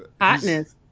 Hotness